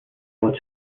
will